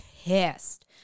pissed